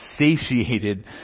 satiated